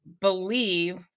believe